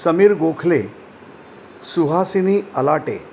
Sameer Gokhale Suhasini Alate